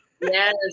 Yes